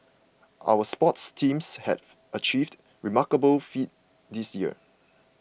our sports teams have achieved remarkable feats this year